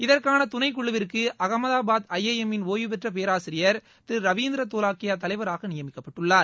இதற்கான துணைக் குழுவிற்கு அகமதாபாத் ஐஐஎம் இன் ஓய்வுபெற்ற பேராசிரியர் திரு ரவீந்திர தோலாக்கியா தலைவராக நியமிக்கப்பட்டுள்ளார்